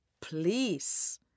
please